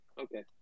Okay